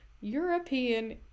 European